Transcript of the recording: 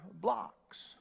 blocks